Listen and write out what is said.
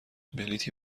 بلیطی